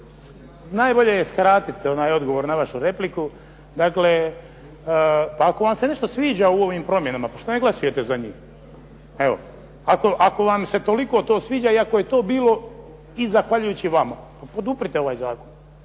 najbolje je skratiti odgovor na vašu repliku. Dakle, pa ako vam se nešto sviđa u ovim promjenama, što ne glasujete za njih? Evo, ako vam se toliko sviđa i ako je to bilo zahvaljujući i vama. Poduprite ovaj zakon.